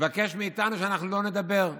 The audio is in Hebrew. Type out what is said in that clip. מבקש מאיתנו שלא נדבר.